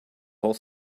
whole